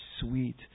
sweet